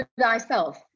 thyself